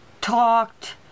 talked